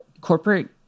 corporate